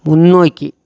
முன்னோக்கி